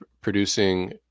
producing